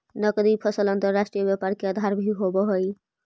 नगदी फसल अंतर्राष्ट्रीय व्यापार के आधार भी होवऽ हइ